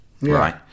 right